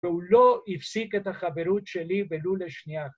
והוא לא הפסיק את החברות שלי ולו לשנייה.